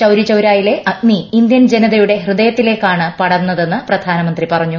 ചൌരിചൌരായിലെ അഗ്നി ഇന്ത്യൻ ജനതയുടെ ഹൃദയത്തിലേക്കാണ് പടർന്നതെന്ന് പ്രധാനമന്ത്രി പറഞ്ഞു